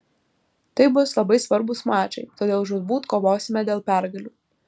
tai bus labai svarbūs mačai todėl žūtbūt kovosime dėl pergalių